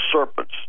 serpents